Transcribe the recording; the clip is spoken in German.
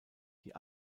die